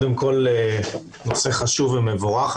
הנושא חשוב מבורך.